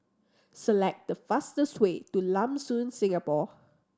select the fastest way to Lam Soon Singapore